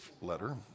letter